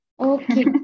Okay